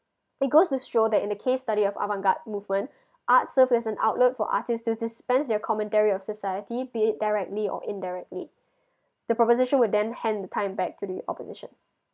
they goes to show that in the case study of avant garde movement art serve as an outlet for artist to dispense their commentary of society be it directly or indirectly the proposition would then hand the time back to the opposition